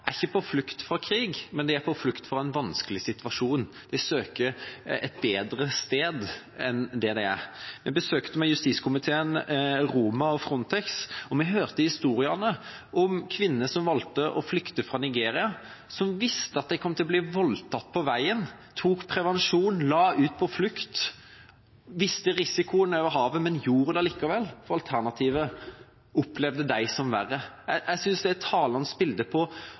ikke er på flukt fra krig, men på flukt fra en vanskelig situasjon – de søker et bedre sted enn det de har. Justiskomiteen besøkte Roma og Frontex, og vi hørte historier om kvinner som valgte å flykte fra Nigeria, som visste at de kom til å bli voldtatt på veien, tok prevensjon og la ut på flukt. De visste om risikoen over havet, men de gjorde det likevel, for alternativet opplevde de som verre. Jeg synes det er et talende bilde på